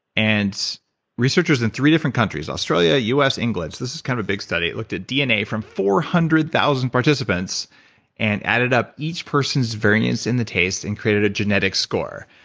and researchers in three different countries, australia, u s, england, so this is kind of a big study. it looked at dna from four hundred thousand participants and added up each persons variance in the taste and created a genetic score.